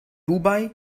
dubai